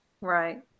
Right